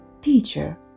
Teacher